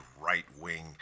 right-wing